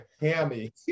hammy